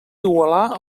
igualar